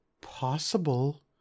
possible